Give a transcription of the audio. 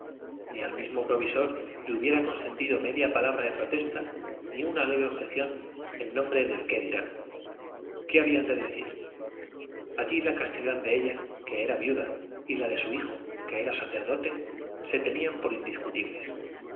ni al mismo provisor le hubiera consentido media palabra de protesta ni una leve objeción en nombre del qué dirán qué habían de decir allí la castidad de ella que era viuda y la de su hijo que era sacerdote se tenían por indiscutibles